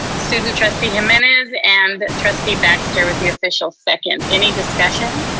student trustee jimenez and trustee baxter with the official second. any discussion?